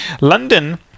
london